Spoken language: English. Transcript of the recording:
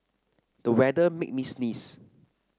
the weather made me sneeze